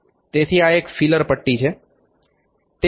તેથી આ એક ફીલર પટ્ટી છે